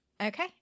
Okay